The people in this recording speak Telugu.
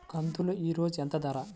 కందులు ఈరోజు ఎంత ధర?